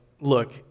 look